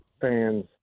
fans